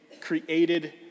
created